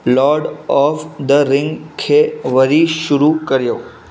load of the Ring खे वरी शुरू कयो